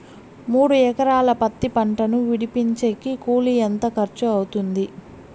మూడు ఎకరాలు పత్తి పంటను విడిపించేకి కూలి ఎంత ఖర్చు అవుతుంది?